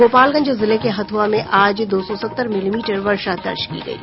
गोपालगंज जिले के हथुआ में आज दो सौ सत्तर मिलीमीटर वर्षा दर्ज की गयी